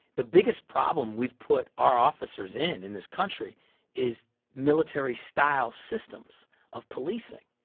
the biggest problem we've put our officers in in this country is military style systems of policing.